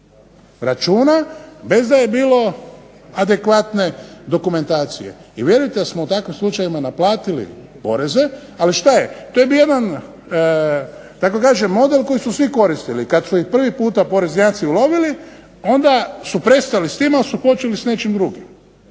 računa bez da je bilo adekvatne dokumentacije i vjerujte da smo u takvim slučajevima naplatili poreze. Ali šta je, to je bio jedan da tako kažem model koji su svi koristili. Kad su ih prvi puta poreznjaci ulovili onda su prestali s tim al su počeli s nečim drugim